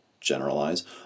generalize